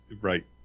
Right